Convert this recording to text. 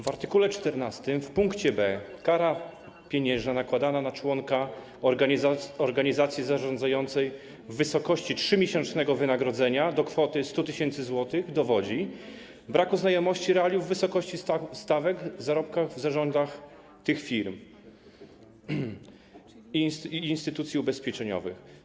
W art. 14 w pkt b kara pieniężna nakładana na członka organizacji zarządzającej w wysokości 3-miesięcznego wynagrodzenia do kwoty 100 tys. zł dowodzi braku znajomości realiów w wysokości stawek w zarobkach w zarządach tych firm i instytucji ubezpieczeniowych.